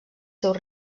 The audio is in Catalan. seus